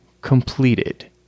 completed